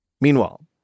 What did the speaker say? Meanwhile